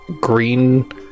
green